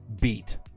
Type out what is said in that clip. beat